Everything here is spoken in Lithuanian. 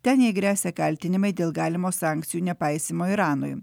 ten jai gresia kaltinimai dėl galimo sankcijų nepaisymo iranui